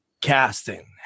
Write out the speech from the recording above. casting